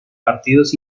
partidos